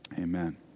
Amen